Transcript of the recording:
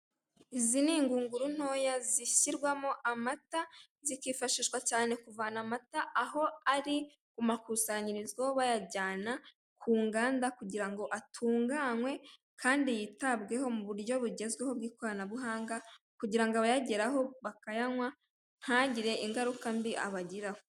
Izi ni ingunguru ntoya zishyirwamo amata, zikifashishwa cyane kuvana amata aho ari ku makusanyirizo bayajyana ku nganda kugira ngo atunganywe kandi yitabweho mu buryo bugezweho bw'ikoranabuhanga kugira ngo abayageraho bakayanywa ntagire ingaruka mbi abagiraho.